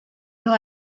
los